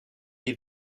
les